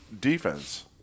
defense